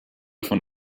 von